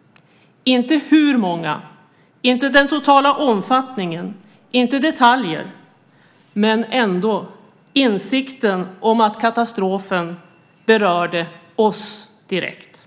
- inte hur många, inte den totala omfattningen, inte detaljer, men ändå insikten om att katastrofen berörde oss direkt.